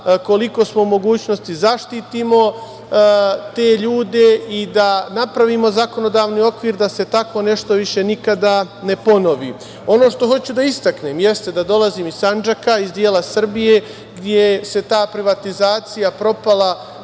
koliko smo u mogućnosti zaštitimo te ljude i da napravimo zakonodavni okvir da se tako nešto više nikada ne ponovi. Ono što hoću da istaknem jeste da dolazim iz Sandžaka, iz dela Srbije gde se ta privatizacija propala